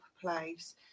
place